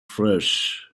fresh